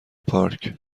پارک